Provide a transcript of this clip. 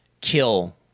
kill